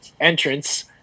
entrance